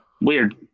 Weird